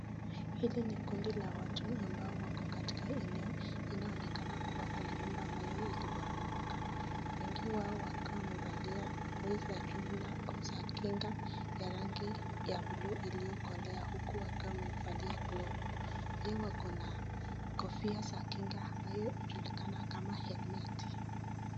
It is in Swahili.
Hili ni kundi la watu ambao wako katika eneo. Inayoonekana kuwa kuna nyumba ambayo iliboromoka. Wengi wao wakiwa wamevalia koi za jumla za kinga ya rangi ya blue iliyokolea huku wakiwa wamevalia glovu hii wako na kofia za kinga ambayo hujulikana kama helmeti.